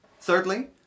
Thirdly